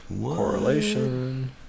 Correlation